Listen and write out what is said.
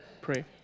pray